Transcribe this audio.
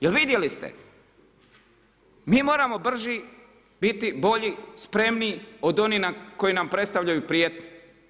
Jer vidjeli ste mi moramo brži, biti bolji, spremniji od onih koji nam predstavljaju prijetnju.